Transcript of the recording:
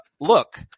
look